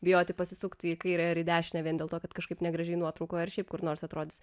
bijoti pasisukti į kairę ar į dešinę vien dėl to kad kažkaip negražiai nuotraukoj ar šiaip kur nors atrodys